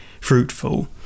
fruitful